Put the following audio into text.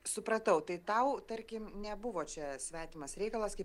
supratau tai tau tarkim nebuvo čia svetimas reikalas kaip